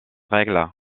règles